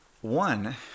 One